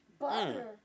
Butter